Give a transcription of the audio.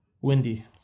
Windy